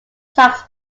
tax